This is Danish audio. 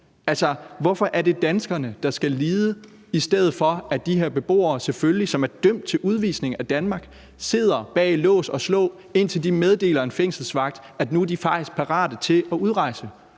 område? Hvorfor er det danskerne, der skal lide, i stedet for at de her beboere, som er dømt til udvisning af Danmark, selvfølgelig sidder bag lås og slå, indtil de meddeler en fængselsvagt, at nu er de faktisk parate til at udrejse?